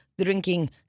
drinking